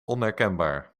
onherkenbaar